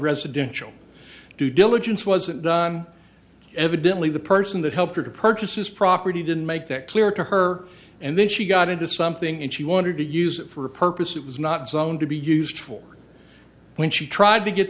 residential due diligence wasn't done evidently the person that helped her to purchase his property didn't make that clear to her and then she got into something and she wanted to use it for a purpose it was not zoned to be used for when she tried to get